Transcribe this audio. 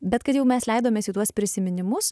bet kad jau mes leidomės į tuos prisiminimus